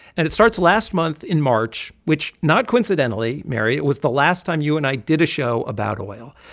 and it starts last month in march, which, not coincidentally, mary, was the last time you and i did a show about oil.